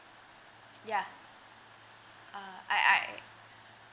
ya uh I I I